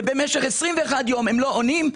ובמשך 21 יום הם לא עונים,